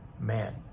man